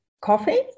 coffee